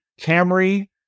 Camry